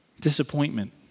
disappointment